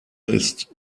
ist